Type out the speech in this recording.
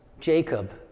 Jacob